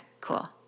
Cool